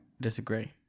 disagree